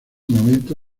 momento